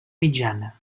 mitjana